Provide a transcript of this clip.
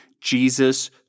Jesus